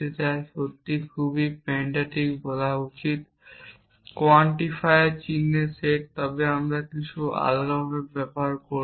তাই সত্যই খুব পেডান্টিক বলা উচিত কোয়ান্টিফায়ার চিহ্নের সেট তবে আমরা কিছুটা আলগাভাবে ব্যবহার করব